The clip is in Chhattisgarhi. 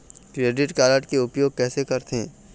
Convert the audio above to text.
क्रेडिट कारड के उपयोग कैसे करथे?